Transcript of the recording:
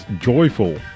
joyful